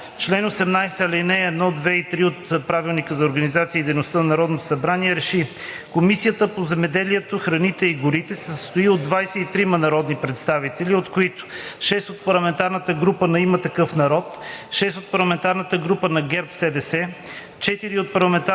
2, т. 16, чл. 18, ал. 1, 2 и 3 от Правилника за организацията и дейността на Народното събрание РЕШИ: 1. Комисията по околната среда и водите се състои от 23 народни представители, от които 6 от парламентарната група на „Има такъв народ“, 6 от парламентарната група на ГЕРБ-СДС,